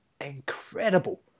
incredible